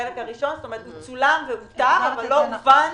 זאת אומרת, הוא צולם אבל לא הובן